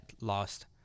lost